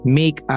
make